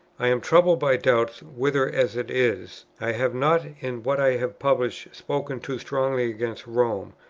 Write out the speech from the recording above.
i am troubled by doubts whether as it is, i have not, in what i have published, spoken too strongly against rome,